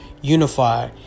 unify